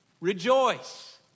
rejoice